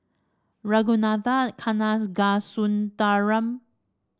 Ragunathar Kanagasuntheram